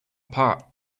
apart